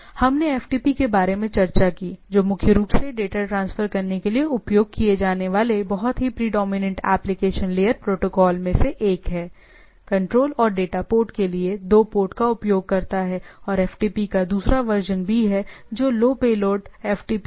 हमने एफटीपी के बारे में चर्चा की जो मुख्य रूप से डेटा ट्रांसफर करने के लिए उपयोग किए जाने वाले बहुत ही प्रीडोमिनेंट एप्लिकेशन लेयर प्रोटोकॉल में से एक है कंट्रोल और डेटा पोर्ट के लिए दो पोर्ट का उपयोग करता है और FTP का दूसरा वर्जन भी है जो लो पेलोड एफटीपी है